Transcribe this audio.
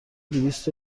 دویست